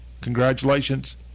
congratulations